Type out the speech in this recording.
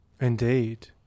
Indeed